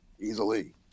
easily